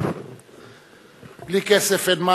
סוייד.